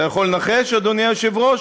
אתה יכול לנחש, אדוני היושב-ראש?